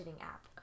app